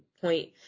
point